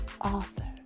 author